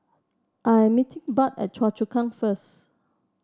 I am meeting Budd at Choa Chu Kang first